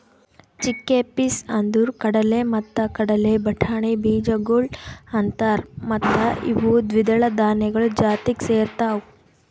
chickpeas ಅಂದುರ್ ಕಡಲೆ ಮತ್ತ ಕಡಲೆ ಬಟಾಣಿ ಬೀಜಗೊಳ್ ಅಂತಾರ್ ಮತ್ತ ಇವು ದ್ವಿದಳ ಧಾನ್ಯಗಳು ಜಾತಿಗ್ ಸೇರ್ತಾವ್